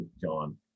John